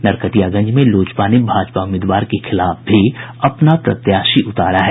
नरकटियागंज में लोजपा ने भाजपा उम्मीदवार के खिलाफ भी अपना प्रत्याशी उतारा है